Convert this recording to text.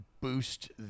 boost